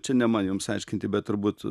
čia ne man jums aiškinti bet turbūt